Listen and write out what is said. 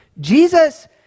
Jesus